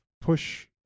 push